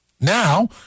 Now